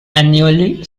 annually